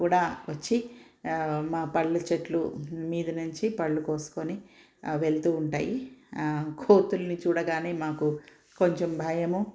కూడా వచ్చి మా పళ్ళ చెట్లు మీద నుంచి పళ్ళు కోసుకుని వెళ్తూ ఉంటాయి కోతుల్ని చూడగానే మాకు కొంచెం భయము